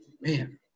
Man